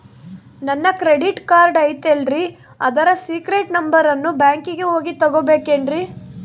ನನ್ನ credit card ಐತಲ್ರೇ ಅದರ ಸೇಕ್ರೇಟ್ ನಂಬರನ್ನು ಬ್ಯಾಂಕಿಗೆ ಹೋಗಿ ತಗೋಬೇಕಿನ್ರಿ?